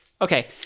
okay